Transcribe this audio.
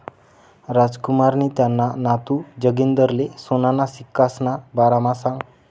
रामकुमारनी त्याना नातू जागिंदरले सोनाना सिक्कासना बारामा सांगं